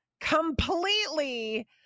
completely